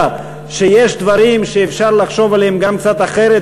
יש דברים שאפשר לחשוב עליהם גם קצת אחרת,